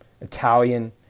Italian